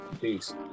Peace